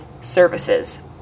services